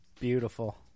beautiful